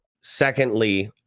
Secondly